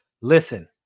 Listen